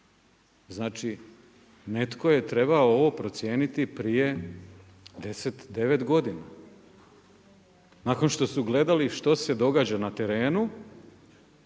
Znači, netko je trebao ovo procijeniti prije 10, 9 godina nakon što su gledali što se događa na terenu,